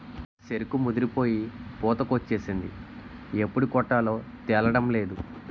సెరుకు ముదిరిపోయి పూతకొచ్చేసింది ఎప్పుడు కొట్టాలో తేలడంలేదు